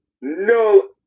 no